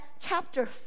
chapter